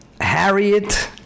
Harriet